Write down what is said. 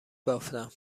بافتم